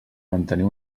mantenir